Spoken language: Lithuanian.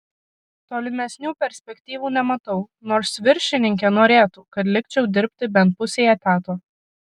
tolimesnių perspektyvų nematau nors viršininkė norėtų kad likčiau dirbti bent pusei etato